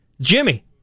Jimmy